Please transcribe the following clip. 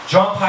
John